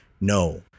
No